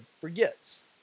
forgets